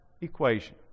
equation